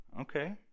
Okay